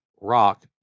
Rock